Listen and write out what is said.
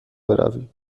بروی